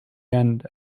end